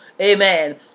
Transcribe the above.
amen